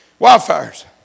Wildfires